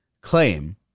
claim